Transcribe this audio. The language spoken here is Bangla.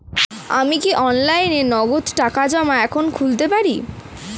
আমি কি অনলাইনে নগদ টাকা জমা এখন খুলতে পারি?